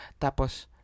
tapos